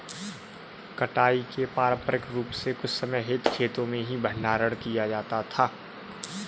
कटाई के बाद पारंपरिक रूप से कुछ समय हेतु खेतो में ही भंडारण किया जाता था